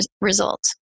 result